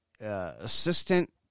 assistant